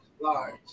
large